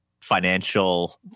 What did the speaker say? financial